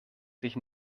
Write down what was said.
sich